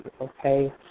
Okay